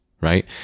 right